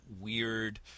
weird